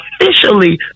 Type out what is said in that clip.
officially